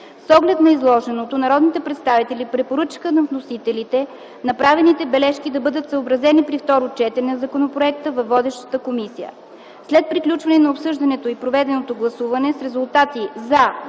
С оглед на изложеното народните представители препоръчаха на вносителите направените бележки да бъдат съобразени при второто четене на законопроекта във водещата комисия. След приключване на обсъждането и проведено гласуване с резултати „за”